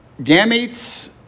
gametes